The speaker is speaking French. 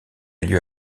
lieu